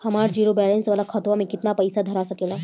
हमार zero balance वाला खतवा म केतना पईसा धरा सकेला?